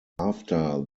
after